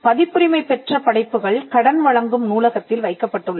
பதிப்புரிமை பெற்ற படைப்புகள் கடன் வழங்கும் நூலகத்தில் வைக்கப்பட்டுள்ளன